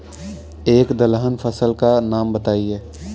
एक दलहन फसल का नाम बताइये